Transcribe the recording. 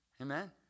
Amen